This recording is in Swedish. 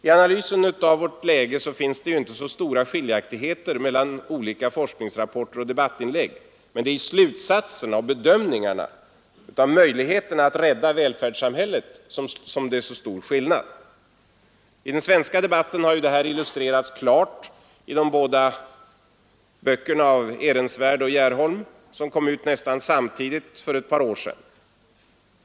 I analysen av vårt läge finns inte så stora skiljaktigheter mellan olika forskningsrapporter och debattinlägg, men det är i slutsatserna och bedömningarna av möjligheterna att rädda välfärdssamhället som det är så stor skillnad. I den svenska debatten har detta klart illustrerats i de båda böckerna av professorerna Ehrensvärd och Gerholm, som kom ut nästan samtidigt för ett par år sedan.